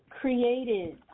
created